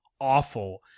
awful